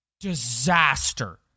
disaster